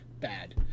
bad